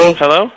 hello